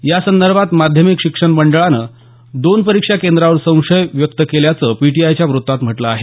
या संदर्भात माध्यमिक शिक्षण मंडळानं दोन परीक्षा केंद्रांवर संशय व्यक्त केल्याचं पीटीआयच्या वृत्तात म्हटलं आहे